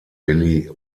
billy